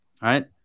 right